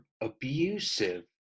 abusive